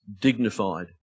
dignified